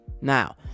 now